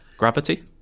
Gravity